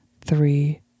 three